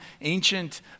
ancient